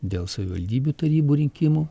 dėl savivaldybių tarybų rinkimų